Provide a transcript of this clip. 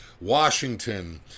Washington